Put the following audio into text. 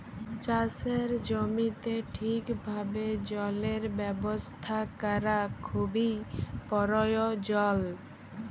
চাষের জমিতে ঠিকভাবে জলের ব্যবস্থা ক্যরা খুবই পরয়োজল